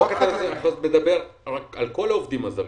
החוק מדבר על כל העובדים הזרים,